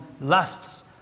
lusts